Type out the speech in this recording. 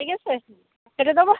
ঠিক আছে হুঁ কেটে দেবো